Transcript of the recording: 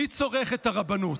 מי צורך את הרבנות?